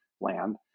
land